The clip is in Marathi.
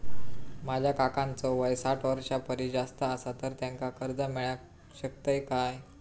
माझ्या काकांचो वय साठ वर्षां परिस जास्त आसा तर त्यांका कर्जा मेळाक शकतय काय?